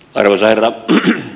arvoisa herra puhemies